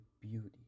beauty